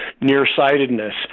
Nearsightedness